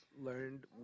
learned